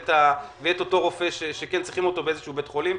את אותו רופא שצריכים אותו באיזשהו בית חולים,